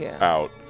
out